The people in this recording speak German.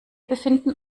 befinden